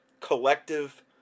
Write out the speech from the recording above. collective